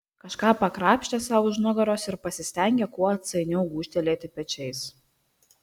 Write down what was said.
kažką pakrapštė sau už nugaros ir pasistengė kuo atsainiau gūžtelėti pečiais